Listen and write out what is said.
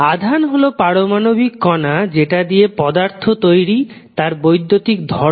আধান হল পারমাণবিক কণা যেটা দিয়ে পদার্থ তৈরি তার বৈদ্যুতিক ধর্ম